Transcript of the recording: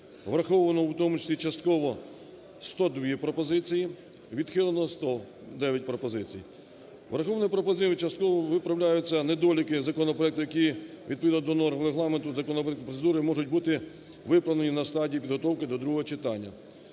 враховано, в тому числі частково, 102 пропозиції, відхилено 109 пропозицій. Врахованими пропозиціями частково виправляються недоліки законопроекту, який відповідно до норм Регламенту, законної процедури можуть бути виправлені на стадії підготовки до другого читання.